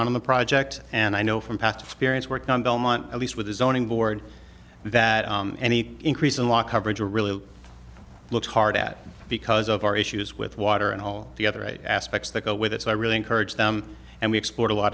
on in the project and i know from past experience working on belmont at least with the zoning board that any increase in law coverage really looks hard at because of our issues with water and all the other eight aspects that go with it so i really encourage them and we explored a lot